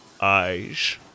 eyes